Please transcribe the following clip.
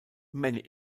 many